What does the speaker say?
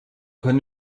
kann